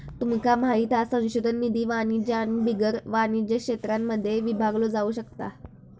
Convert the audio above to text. तुमका माहित हा संशोधन निधी वाणिज्य आणि बिगर वाणिज्य क्षेत्रांमध्ये विभागलो जाउ शकता